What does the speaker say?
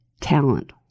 talent